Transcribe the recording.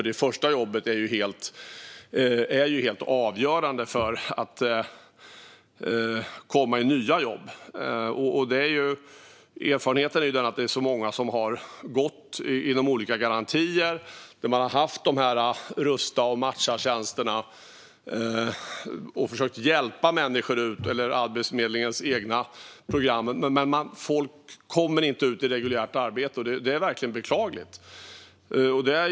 Det första jobbet är helt avgörande för att komma i nya jobb. Erfarenheten är att många som har gått med olika garantier. De har haft rusta och matcha-tjänsterna. Man har försökt att hjälpa människor med dem eller med Arbetsförmedlingens egna program. Men människor kommer inte ut i reguljärt arbete. Det är verkligen beklagligt.